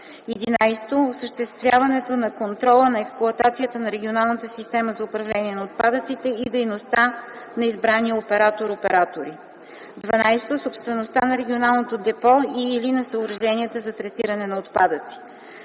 11. осъществяването на контрола на експлоатацията на регионалната система за управление на отпадъците и дейността на избрания оператор/и; 12. собствеността на регионалното депо и/или на съоръженията за третиране на отпадъци;